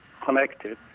connected